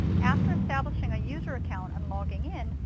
after establishing a user account and logging in,